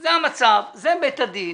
זה המצב, זה בית הדין,